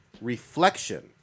Reflection